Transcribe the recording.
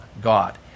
God